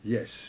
Yes